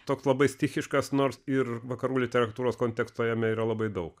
toks labai stichiškas nors ir vakarų literatūros konteksto jame yra labai daug